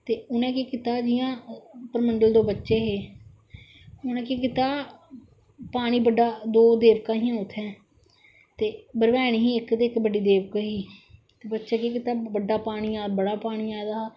ते उनें केह् कीता जियां परमंडल दो बच्चे हे उंनें केह् कीता पानी दो देवका हियां उत्थै इक बड़ी देवका ही ते बच्चे केह् कीता बड़ी देवका च बड़ा पानी बड़ा पानी आएदा